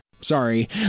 Sorry